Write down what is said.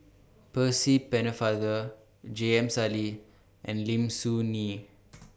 Percy Pennefather J M Sali and Lim Soo Ngee